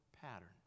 pattern